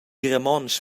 romontsch